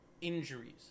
injuries